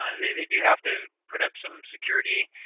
um they they do have to put up some security